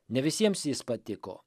ne visiems jis patiko